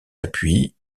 appuis